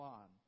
on